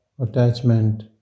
attachment